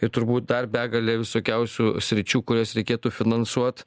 ir turbūt dar begalė visokiausių sričių kurias reikėtų finansuot